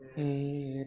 a